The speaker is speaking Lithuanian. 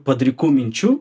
padrikų minčių